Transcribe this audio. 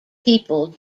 people